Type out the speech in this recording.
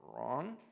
Wrong